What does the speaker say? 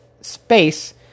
space